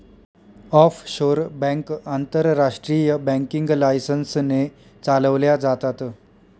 offshore bank आंतरराष्ट्रीय banking licence ने चालवल्या जातात